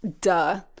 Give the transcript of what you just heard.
duh